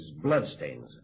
bloodstains